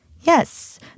Yes